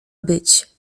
być